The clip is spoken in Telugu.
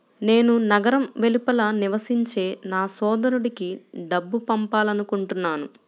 నేను నగరం వెలుపల నివసించే నా సోదరుడికి డబ్బు పంపాలనుకుంటున్నాను